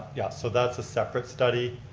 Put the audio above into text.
yeah, so that's a separate study.